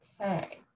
Okay